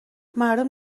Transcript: مردم